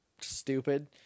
Stupid